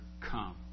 come